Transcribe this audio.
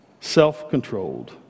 self-controlled